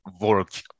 work